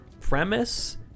premise